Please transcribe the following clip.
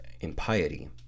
impiety